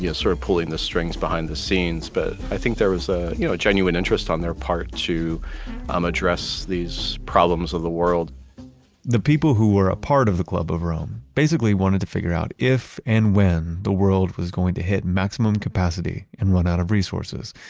sort of pulling the strings behind the scenes. but i think there was a you know genuine interest on their part to um address these problems of the world the people who were a part of the club of rome basically wanted to figure out if, and when, the world was going to hit maximum capacity and run out of resources.